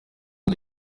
nta